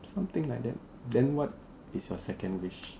something like that then what is your second wish